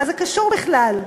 מה זה קשור בכלל?